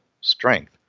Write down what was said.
strength